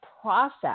process